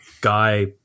guy